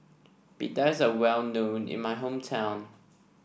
Pita is well known in my hometown